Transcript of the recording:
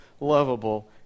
lovable